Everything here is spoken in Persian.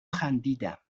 خندیدم